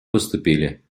поступили